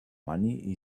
money